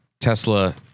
Tesla